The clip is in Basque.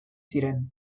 ziren